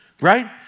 right